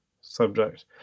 subject